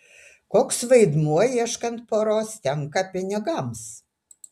koks vaidmuo ieškant poros tenka pinigams